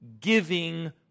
giving